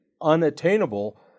unattainable